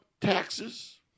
taxes